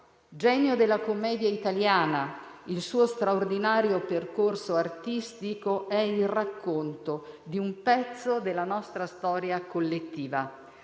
Genio della commedia italiana, il suo straordinario percorso artistico è il racconto di un pezzo della nostra storia collettiva,